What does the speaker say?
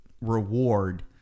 reward